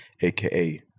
aka